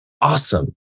awesome